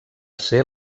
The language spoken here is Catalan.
ser